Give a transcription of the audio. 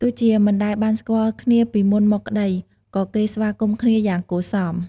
ទោះជាមិនដែលបានស្គាល់គ្នាពីមុនមកក្ដី ក៏គេស្វាគមន៍គ្នាយ៉ាងគួរសម។